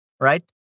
right